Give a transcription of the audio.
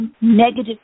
negative